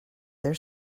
their